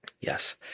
Yes